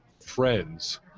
friends